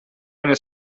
eine